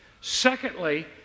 secondly